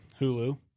Hulu